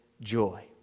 joy